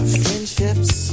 friendships